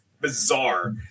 bizarre